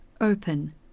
open